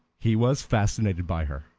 he was fascinated by her.